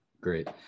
great